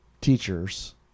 teachers